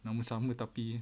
nama sama tapi